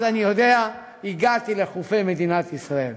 אז אני יודע שהגעתי לחופי מדינת ישראל.